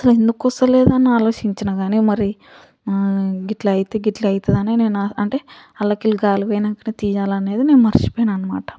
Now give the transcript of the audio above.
అసలు ఎందుకు వస్తలేదు అని ఆలోచించినా కానీ మరి గిట్లా అయ్యిద్ది గిట్లా అవుతుంది అని అంటే అందులోకెళ్ళి గాలి పోయినాకానే తియ్యాలనే సంగతి నేను మర్చిపోయినా అనమాట